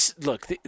Look